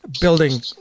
Building